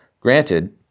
Granted